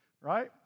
right